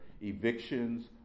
evictions